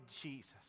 Jesus